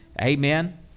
Amen